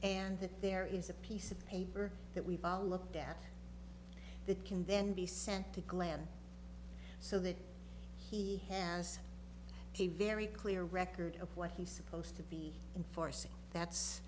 and that there is a piece of paper that we've all looked at that can then be sent to glenn so that he has a very clear record of what he's supposed to be enforcing that's